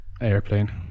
Airplane